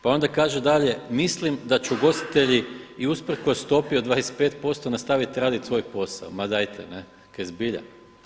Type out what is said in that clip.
Pa onda kaže dalje: „Mislim da će ugostitelji i usprkos stopi od 25% nastaviti raditi svoj posao.“ Ma dajte, ne, kaj zbilja?